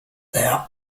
there